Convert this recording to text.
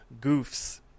Goofs